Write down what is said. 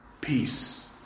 Peace